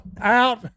out